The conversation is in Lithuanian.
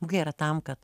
mugė yra tam kad